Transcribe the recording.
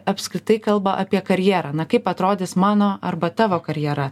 apskritai kalba apie karjerą na kaip atrodys mano arba tavo karjera